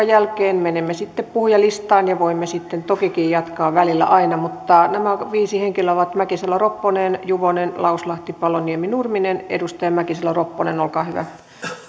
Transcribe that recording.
jälkeen menemme sitten puhujalistaan ja voimme sitten tokikin jatkaa debattia aina välillä nämä viisi henkilöä ovat mäkisalo ropponen juvonen lauslahti paloniemi nurminen edustaja mäkisalo ropponen olkaa hyvä